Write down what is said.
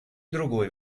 другой